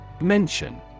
Mention